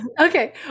Okay